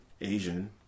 Asian